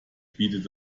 bietet